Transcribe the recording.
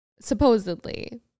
supposedly